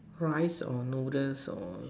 fries or noodles or